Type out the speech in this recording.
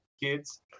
Kids